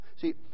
See